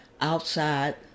outside